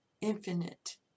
infinite